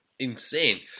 insane